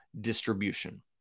distribution